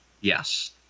Yes